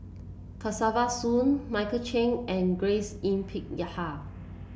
Kesavan Soon Michael Chiang and Grace Yin Peck Ya Ha